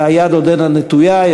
והיד עודנה נטויה,